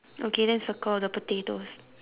okay then circle the potatoes